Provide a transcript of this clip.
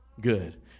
good